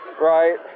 right